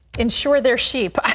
insure their sheep? i